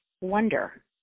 wonder